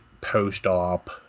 post-op